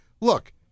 look